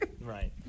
Right